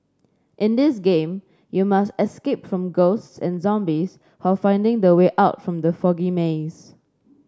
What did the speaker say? in this game you must escape from ghosts and zombies finding the way out from the foggy maze